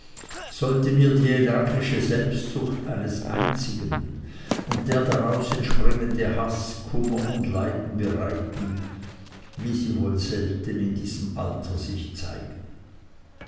sollte mir die energische selbstsucht eines einzigen und der daraus entspringende haß kummer und leiden bereiten wie sie wohl selten in diesem alter sich zeigen